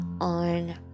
on